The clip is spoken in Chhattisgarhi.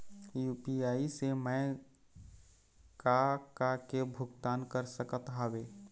यू.पी.आई से मैं का का के भुगतान कर सकत हावे?